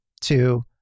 two